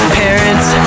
parents